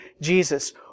Jesus